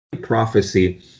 prophecy